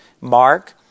Mark